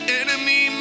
enemy